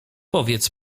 powiedz